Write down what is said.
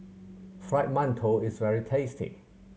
Fried Mantou is very tasty